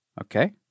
Okay